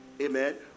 Amen